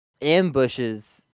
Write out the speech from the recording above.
ambushes